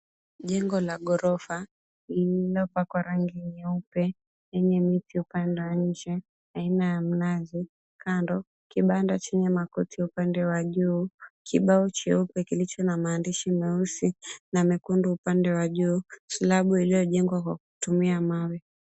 Jengo la ghorofa lililopakwa rangi nyeupe yenye miti upande wa inje aina ya mnazi kando, kibanda chenye makuti upande wa juu kibao cheupe kilicho na maandishi meusi na mekundu upande wa juu silabu iliyojengwa kwa kutumia mawe.